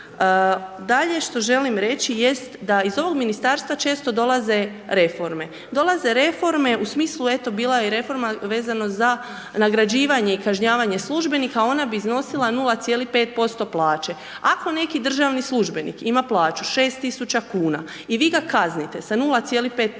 Dalje, što želim reći jest da iz ovog ministarstva često dolaze reforme. Dolaze reforme, u smislu, eto, bila je i reforma vezano za nagrađivanje i kažnjavanje službenika. Ona bi iznosila 0,5% plaće. Ako neki državni službenik ima plaću 6 tisuća kuna i vi ga kaznite sa 0,5%,